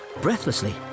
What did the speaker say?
Breathlessly